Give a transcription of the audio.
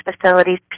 facilities